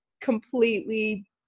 completely